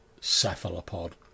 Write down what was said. cephalopod